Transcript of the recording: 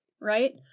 right